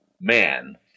man